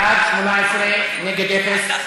בעד, 18, נגד, אפס.